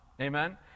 Amen